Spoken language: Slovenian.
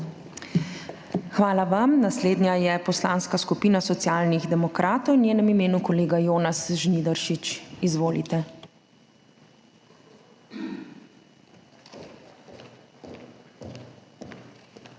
Hvala vam. Naslednja je Poslanska skupina Socialnih demokratov. V njenem imenu kolega Jonas Žnidaršič. Izvolite. 24.